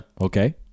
Okay